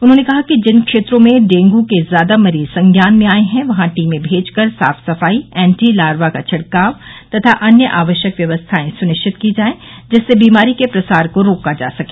उन्होंने कहा कि जिन क्षेत्रों में डेंगू के ज्यादा मरीज संज्ञान में आये हैं वहां टीमें भेजकर साफ सफाई एंटीलार्वा का छिड़कांव तथा अन्य आवश्यक व्यवस्थाएं सुनिश्चित की जाये जिससे बीमारी के प्रसार को रोका जा सके